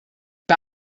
bei